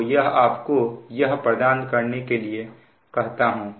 तो यह आपको यह प्रदान करने के लिए कहता हूं